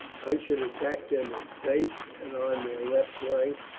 i should attack them in face and on their left flank,